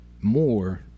more